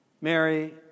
Mary